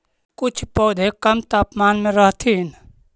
कुछ पौधे कम तापमान में रहथिन